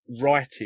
writing